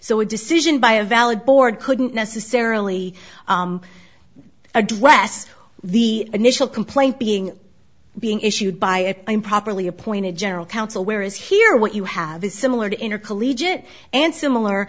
so a decision by a valid board couldn't necessarily address the initial complaint being being issued by improperly appointed general counsel whereas here what you have similar to intercollegiate and similar